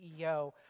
CEO